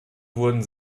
wurden